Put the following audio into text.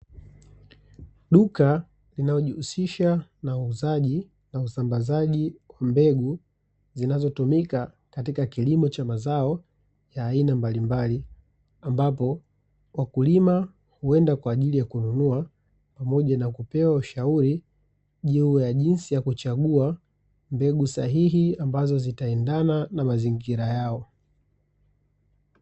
Duka linalojihusisha na uuzaji na usambazaji mbegu zinazotumika katika kilimo cha mazao ya aina mbalimbali. Ambapo wakulima huenda kwa ajili ya kununua pamoja na kupewa ushauri juu ya jinsi ya kuchagua mbegu sahihi ambazo zitaendana na mazingira yao.